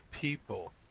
people